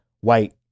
white